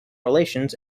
relations